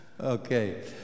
Okay